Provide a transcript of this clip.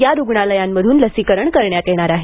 या रुग्णालयांतून लसीकरण करण्यात येणार आहे